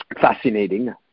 fascinating